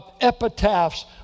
epitaphs